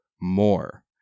more